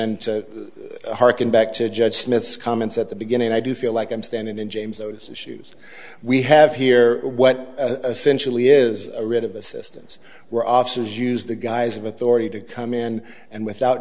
and to harken back to judge smith's comments at the beginning i do feel like i'm standing in james those shoes we have here what a sensually is a writ of assistance were officers used the guise of authority to come in and without